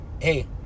Hey